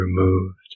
removed